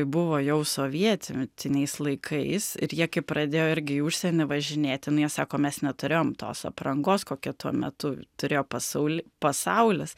buvo jau sovietiniais laikais ir jie kai pradėjo irgi į užsienį važinėti nu jie sako mes neturėjom tos aprangos kokią tuo metu turėjo pasauli pasaulis